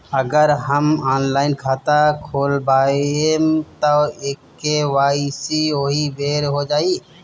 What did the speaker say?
अगर हम ऑनलाइन खाता खोलबायेम त के.वाइ.सी ओहि बेर हो जाई